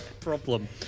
problem